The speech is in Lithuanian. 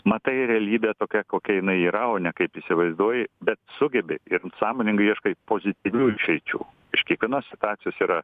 matai realybė tokia kokia jinai yra o ne kaip įsivaizduoji bet sugebi ir sąmoningai ieškaipozityvių išeičių iš kiekvienos situacijos yra